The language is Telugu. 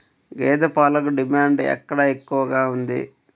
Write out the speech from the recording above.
గేదె పాలకు డిమాండ్ ఎక్కడ ఎక్కువగా ఉంది?